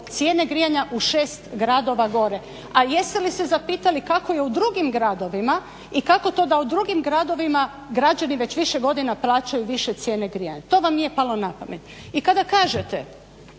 cijene grijanja u 6 gradova gore. A jeste li se zapitali kako je u drugim gradovima i kako to da u drugim gradovima građani već više godina plaćaju više cijene grijanja? To vam nije palo na pamet. I kada kažete